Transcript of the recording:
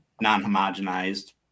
non-homogenized